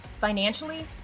financially